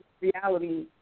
reality